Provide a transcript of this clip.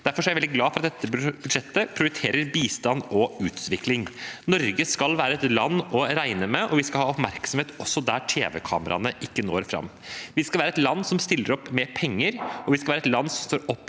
Derfor er jeg veldig glad for at dette budsjettet prioriterer bistand og utvikling. Norge skal være et land å regne med, og vi skal ha oppmerksomhet også der tv-kameraene ikke når fram. Vi skal være et land som stiller opp med penger, og vi skal være et land som står opp